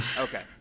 Okay